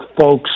folks